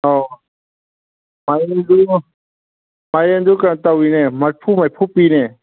ꯑꯧ ꯃꯥꯏꯔꯦꯟꯗꯨ ꯃꯥꯏꯔꯦꯟꯗꯨ ꯀꯩꯅꯣ ꯇꯧꯋꯤꯅꯦ ꯃꯔꯤꯐꯨ ꯃꯔꯤꯐꯨ ꯄꯤꯅꯦ